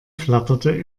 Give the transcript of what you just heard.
flatterte